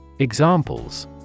examples